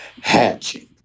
hatching